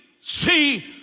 see